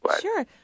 Sure